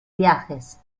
viajes